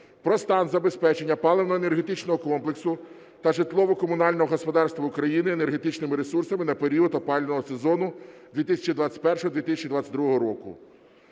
про стан забезпечення паливно-енергетичного комплексу та житлово-комунального господарства України енергетичними ресурсами на період опалювального сезону 2021-2022 року.